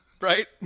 Right